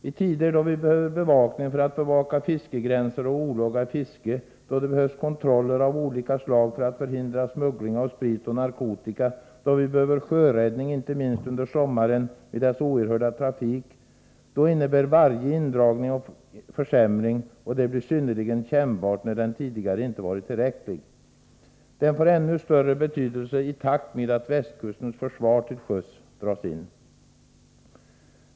I tider då vi behöver bevakning för att bevaka fiskegränser och olaga fiske, då det behövs kontroller av olika slag för att förhindra smuggling av sprit och narkotika, då vi behöver sjöräddning inte minst under sommaren med dess oerhörda trafik, då innebär varje indragning en försämring, och det blir synnerligen kännbart när den tidigare inte varit tillräcklig. Den får ännu större betydelse i takt med att västkustens försvar till sjöss dras in.